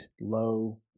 low